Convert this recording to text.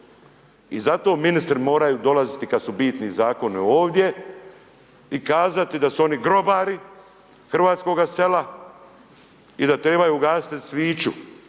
I zato ministri moraju dolaziti, kada su bitni zakoni ovdje i kazati da su oni grobari hrvatskoga sela, i da trebaju u gasiti sviću,